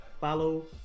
follow